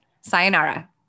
sayonara